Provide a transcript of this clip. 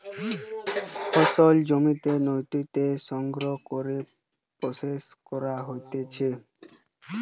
ফসল জমি নু তুলে সংগ্রহ করে প্রসেস করা হতিছে